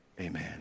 amen